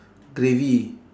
gravy